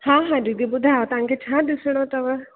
हा हा दीदी ॿुधायो तव्हांखे छा ॾिसिणो अथव